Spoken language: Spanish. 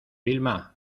vilma